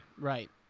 Right